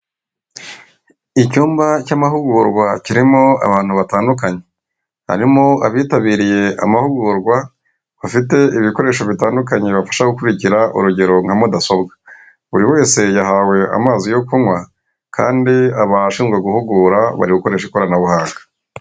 Icyumba cy'amahugurwa kirimo abantu batandukanye harimo abitabiriye amahugurwa bafite ibikoresho bitandukanye bibafasha gukurikira urugero nka mudasobwa buri wese yahawe amazi yo kunywa kandi abashinzwe guhugura bari gukoresha ikoranabuhanga.